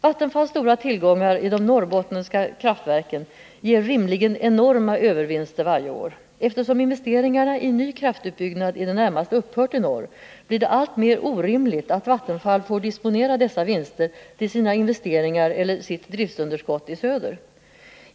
Vattenfalls stora tillgångar i de norrbottniska kraftverken ger rimligen enorma övervinster varje år. Eftersom investeringarna i ny kraftutbyggnad i det närmaste upphört i norr blir det alltmer orimligt att Vattenfall får disponera dessa vinster till sina investeringar eller sitt driftunderskott i söder.